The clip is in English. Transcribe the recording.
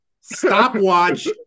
stopwatch